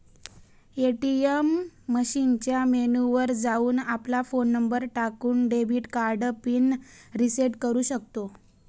ATM मशीनच्या menu वर जाऊन, आपला फोन नंबर टाकून, डेबिट कार्ड पिन रिसेट करू शकतो